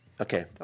okay